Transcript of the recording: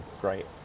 great